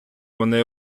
вони